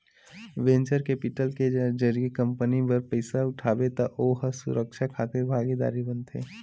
venture capital के जरिए company बर पइसा उठाबे त ओ ह सुरक्छा खातिर भागीदार बनथे